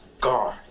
guard